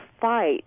fight